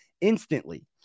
instantly